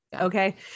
okay